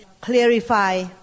clarify